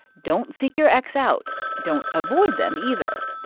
don't seek your ex out. don't avoid them either.